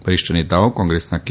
વરિષ્ઠ નેતાઓ કોંગ્રેસના કે